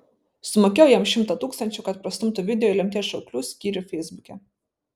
sumokėjau jam šimtą tūkstančių kad prastumtų video į lemties šauklių skyrių feisbuke